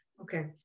Okay